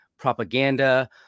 propaganda